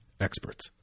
experts